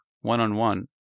one-on-one